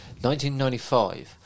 1995